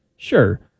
Sure